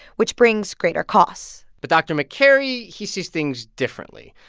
which brings greater costs but dr. makary, he sees things differently.